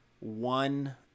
one